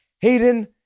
Hayden